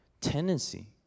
tendency